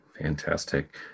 Fantastic